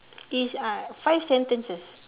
is uh five sentences